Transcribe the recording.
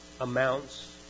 amounts